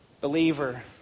Believer